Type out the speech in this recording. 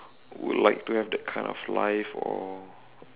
would like to have that kind of life or